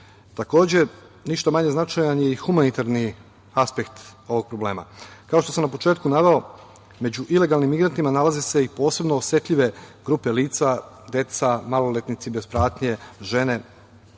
Takođe, ništa manje značajan je i humanitarni aspekt ovog problema. Kao što sam na početku naveo, među ilegalnim migrantima nalaze se i posebno osetljive grupe lica, deca, maloletnici bez pratnje, žene,